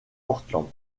portland